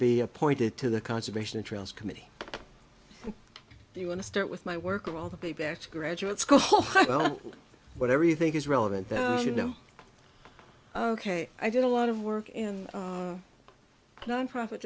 appointed to the conservation trails committee do you want to start with my work of all the pay back to graduate school whatever you think is relevant that you know ok i did a lot of work in nonprofit